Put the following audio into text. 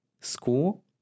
school